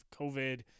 COVID